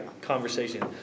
conversation